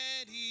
ready